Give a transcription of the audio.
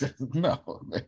No